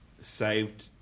saved